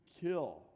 kill